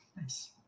Nice